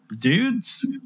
dudes